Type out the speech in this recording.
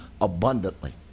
abundantly